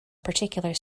particular